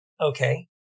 Okay